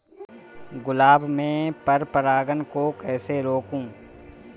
गुलाब में पर परागन को कैसे रोकुं?